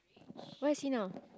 where is he now